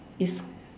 is